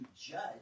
judge